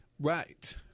right